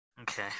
Okay